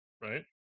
Right